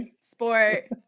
sport